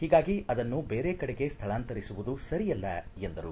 ಹೀಗಾಗಿ ಅದನ್ನು ಬೇರೆ ಕಡೆಗೆ ಸ್ಥಳಾಂತರಿಸುವುದು ಸರಿಯಲ್ಲ ಎಂದರು